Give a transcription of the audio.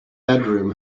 bedroom